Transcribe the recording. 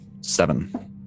Seven